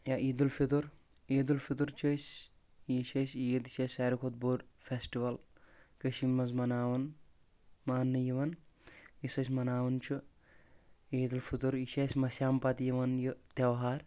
یا عید الفطر عید الفطر چھِ أسۍ یہِ چھِ أسۍ عید چھِ اسہِ ساروٕے کھۄتہٕ بوٚر فیٚسٹِول کٔشیٖر منٛز مناوان ماننہٕ یِوان یُس أسۍ مناوان چھُ عید الفطر یہِ چھُ اسہِ ماہ سِیام پتہٕ یِوان یہِ تیہوار